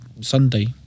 Sunday